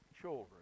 children